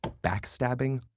backstabbing,